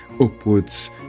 upwards